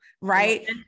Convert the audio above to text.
right